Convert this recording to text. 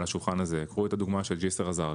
בשולחן הזה: קחו את הדוגמה של ג'יסר א-זרקא,